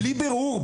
בלי בירור?